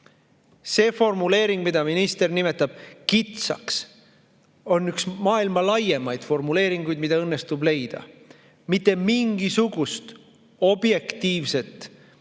See formuleering, mida minister nimetab kitsaks, on üks maailma laiemaid formuleeringuid, mida õnnestub leida. Mitte mingisugust objektiivset